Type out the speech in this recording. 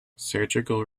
surgical